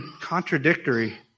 contradictory